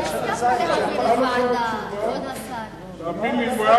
שבעה מתנגדים, שניים